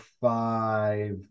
five